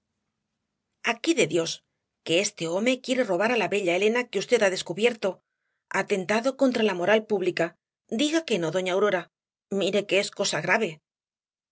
aquí de dios que este home quiere robar á la bella elena que v ha descubierto atentado contra la moral pública diga que no doña aurora mire que es cosa grave